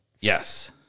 Yes